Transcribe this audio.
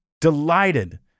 Delighted